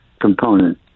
component